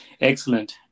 Excellent